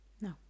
No